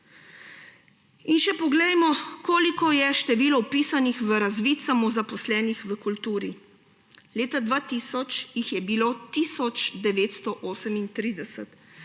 Poglejmo še, koliko je število vpisanih v razvid samozaposlenih v kulturi. Leta 2000 jih je bilo tisoč